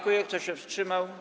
Kto się wstrzymał?